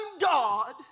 God